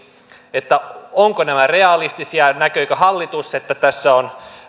ovatko nämä realistisia näkeekö hallitus että tässä on